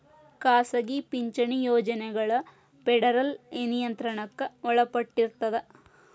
ಖಾಸಗಿ ಪಿಂಚಣಿ ಯೋಜನೆಗಳ ಫೆಡರಲ್ ನಿಯಂತ್ರಣಕ್ಕ ಒಳಪಟ್ಟಿರ್ತದ